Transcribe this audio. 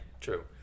True